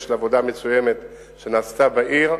ושל עבודה מצוינת שנעשתה בעיר.